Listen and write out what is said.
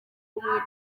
nyakubahwa